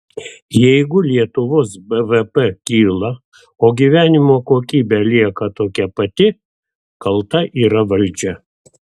jeigu lietuvos bvp kyla o gyvenimo kokybė lieka tokia pati kalta yra valdžia